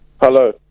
Hello